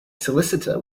solicitor